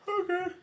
Okay